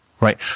right